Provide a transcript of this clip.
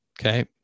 Okay